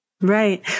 Right